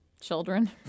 children